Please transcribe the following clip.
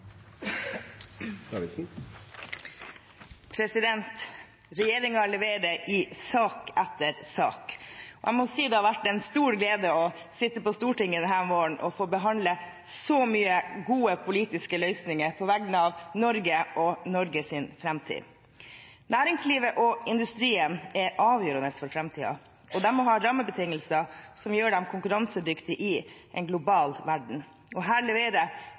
leverer i sak etter sak. Jeg må si det har vært en stor glede å sitte på Stortinget denne våren og få behandle så mange gode politiske løsninger på vegne av Norge og Norges framtid. Næringslivet og industrien er avgjørende for framtiden, og de må ha rammebetingelser som gjør dem konkurransedyktige i en global verden. Her leverer